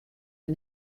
der